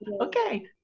Okay